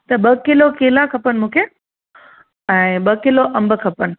त ॿ किलो केला खपनि मूंखे ऐं ॿ किलो अंब खपनि